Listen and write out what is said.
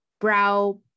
brow